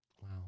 wow